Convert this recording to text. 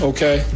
Okay